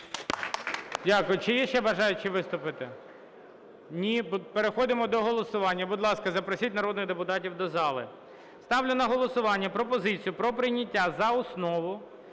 Дякую. Чи є ще бажаючі виступити? Ні. Переходимо до голосування. Будь ласка, запросіть народних депутатів до зали. Ставлю на голосування пропозицію про прийняття за основу